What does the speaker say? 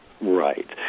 Right